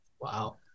Wow